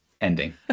ending